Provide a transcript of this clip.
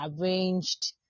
arranged